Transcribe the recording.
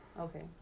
Okay